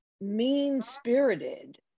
mean-spirited